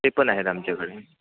ते पण आहेत आमच्याकडे